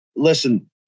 Listen